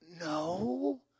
No